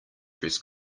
dress